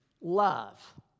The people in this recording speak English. love